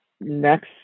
next